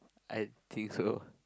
I think so